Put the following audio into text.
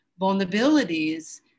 vulnerabilities